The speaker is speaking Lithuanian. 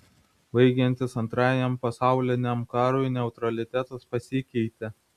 baigiantis antrajam pasauliniam karui neutralitetas pasikeitė